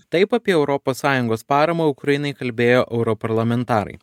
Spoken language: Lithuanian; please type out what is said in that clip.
taip apie europos sąjungos paramą ukrainai kalbėjo europarlamentarai